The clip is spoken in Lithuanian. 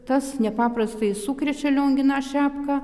tas nepaprastai sukrečia lionginą šepką